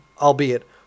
albeit